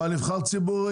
אבל נבחר ציבור,